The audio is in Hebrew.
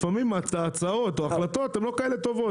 לפעמים את ההצעות או ההחלטות הן לא כאלה טובות.